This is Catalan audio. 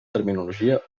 terminologia